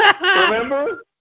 Remember